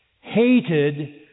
hated